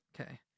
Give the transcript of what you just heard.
Okay